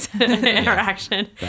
interaction